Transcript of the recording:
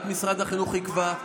רק משרד החינוך יקבע,